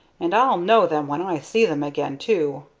and i'll know them when i see them again, too.